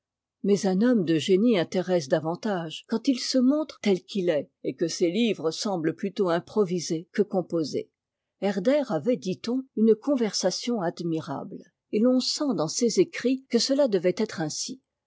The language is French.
mais un homme de génie intéresse davantage quand il se montre tel qu'it est et que ses livres semblent plutôt improvisés que composés herder avait dit-on une conversation admirable et l'on sent dans ses écrits que cela devait être ainsi